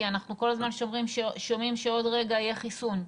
אנחנו כל הזמן שומעים שעוד רגע יהיה חיסון.